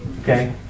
okay